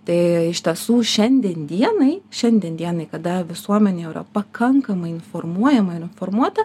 tai iš tiesų šiandien dienai šiandien dienai kada visuomenė yra pakankamai informuojama ir informuota